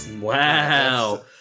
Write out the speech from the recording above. Wow